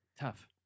Tough